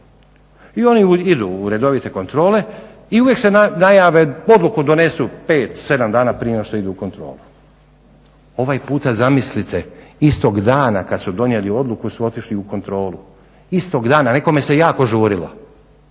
I oni idu u redovite kontrole i uvijek se najave, odluku donesu 5, 7 dana prije nego što idu u kontrolu. Ovaj puta zamislite istog dana kad su donijeli odluku su otišli u kontrolu, istog dana. Nekome se jako žurilo,